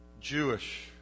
Jewish